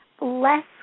less